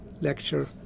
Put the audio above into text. lecture